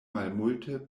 malmulte